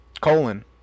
Colon